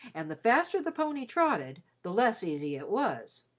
and the faster the pony trotted, the less easy it was.